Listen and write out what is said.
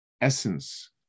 essence